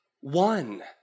one